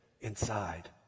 inside